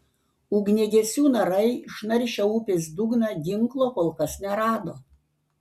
ugniagesių narai išnaršę upės dugną ginklo kol kas nerado